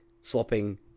swapping